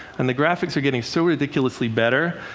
and the graphics are getting so ridiculously better.